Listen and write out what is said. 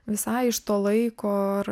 visai iš to laiko ar